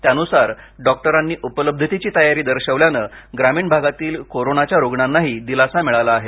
त्यानूसार डॉक्टरांनी उपलब्धतेची तयारी दर्शवल्यानं ग्रामीण भागातील कोरोनाच्या रुग्णांनाही दिलासा मिळाला आहे